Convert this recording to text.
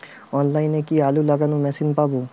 অনলাইনে কি আলু লাগানো মেশিন পাব?